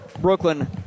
Brooklyn